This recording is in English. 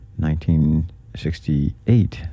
1968